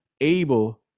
able